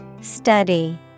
Study